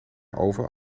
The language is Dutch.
over